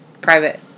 private